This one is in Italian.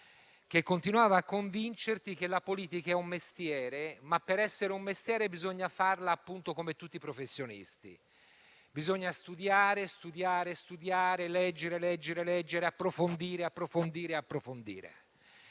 che continuava a convincerti che la politica è un mestiere, ma per essere tale bisogna farla come tutti i professionisti. Bisogna studiare, studiare e studiare, leggere, leggere e leggere, approfondire, approfondire